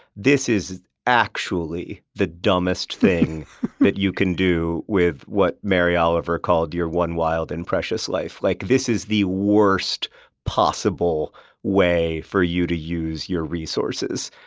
this is actually the dumbest thing that you can do with what mary oliver called your one wild and precious life. like this is the worst possible way for you to use your resources.